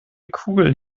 kugeln